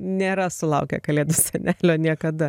nėra sulaukę kalėdų senelio niekada